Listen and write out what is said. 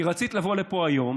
כי רצית לבוא לפה היום